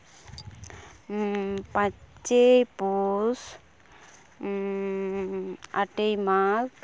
ᱯᱟᱸᱪᱮᱭ ᱯᱩᱥ ᱟᱴᱮᱭ ᱢᱟᱜᱽ